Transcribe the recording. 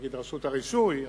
נגיד רשות הרישוי,